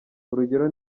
urugero